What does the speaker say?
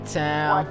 town